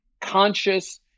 conscious